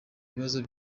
bibazo